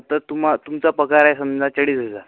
तर तुमा तुमचा पगार आहे समजा चाळीस हजार